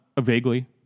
Vaguely